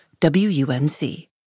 WUNC